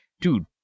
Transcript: Dude